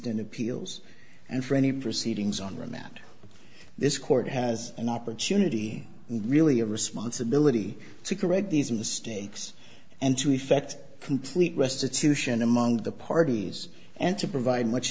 instant appeals and friendly proceedings on remand this court has an opportunity really a responsibility to correct these mistakes and to effect complete restitution among the parties and to provide much